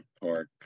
park